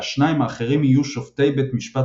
והשניים האחרים יהיו שופטי בית משפט